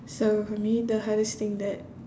so for me the hardest thing that